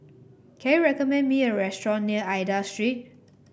can you recommend me a restaurant near Aida Street